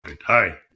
Hi